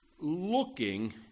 looking